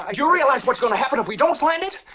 ah you realize what's gonna happen if we don't find it?